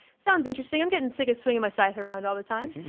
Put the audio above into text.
sounds interesting. i'm getting sick of swinging my scythe around all the time.